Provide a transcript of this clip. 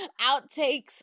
Outtakes